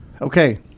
Okay